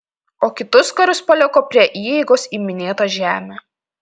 o kitus karius paliko prie įeigos į minėtą žemę